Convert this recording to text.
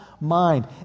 mind